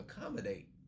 accommodate